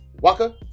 Waka